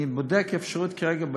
אני בודק אפשרות כרגע,